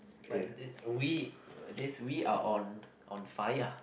mon eh we this we are on on fire